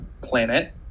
planet